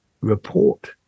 report